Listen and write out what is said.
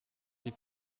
die